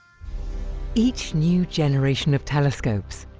each new generation of telescopes,